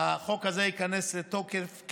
הזה ייכנס לתוקף.